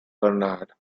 bernard